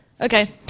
Okay